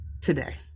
today